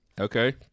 Okay